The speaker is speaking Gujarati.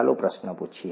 ચાલો પ્રશ્ન પૂછીએ